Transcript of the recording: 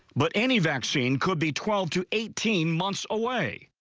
but any vaccine could be twelve to eighteen months away.